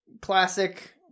classic